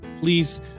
please